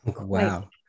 wow